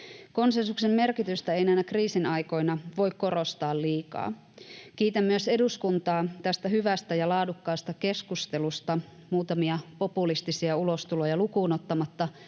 Konsensuksen merkitystä ei näinä kriisin aikoina voi korostaa liikaa. Kiitän myös eduskuntaa tästä hyvästä ja laadukkaasta keskustelusta, muutamia populistisia ulostuloja lukuun ottamatta,